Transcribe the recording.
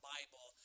Bible